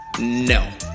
No